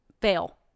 fail